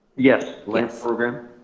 yes, liat program.